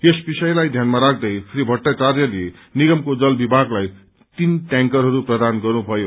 यस विषयताई ध्यानमा राख्दै श्री भट्टावार्यले निगमको जल विभागलाई तीन टयांकरहरू प्रदान गर्नुभयो